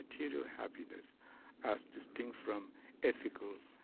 material happiness as distinct from ethical,